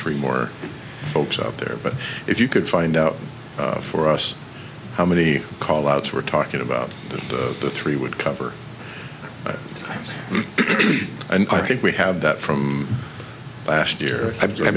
three more folks up there but if you could find out for us how many call outs we're talking about the three would cover an arc and we have that from last year i